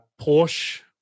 Porsche